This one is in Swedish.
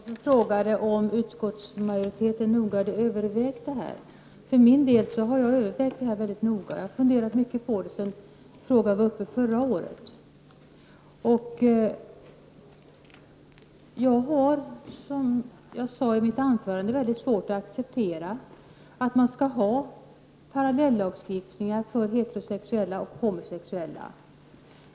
Fru talman! Kent Carlsson frågade om utskottsmajoriteten noga har övertänkt sitt ställningstagande. Jag har för min del övervägt detta noga, och jag har funderat mycket på frågan sedan den var uppe till behandling förra året. Jag har, som jag sade i mitt anförande, mycket svårt att acceptera att man skulle ha parallellagstiftningar för heterosexuella och homosexuella.